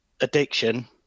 addiction